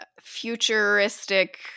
futuristic –